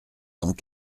cent